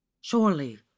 surely